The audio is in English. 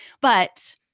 but-